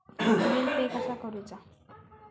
Bill pay कसा करुचा?